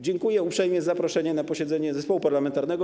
Dziękuję uprzejmie za zaproszenie na posiedzenie zespołu parlamentarnego.